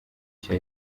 cya